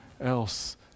else